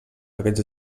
aquests